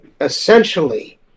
essentially